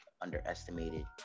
underestimated